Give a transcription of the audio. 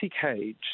cage